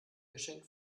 geschenk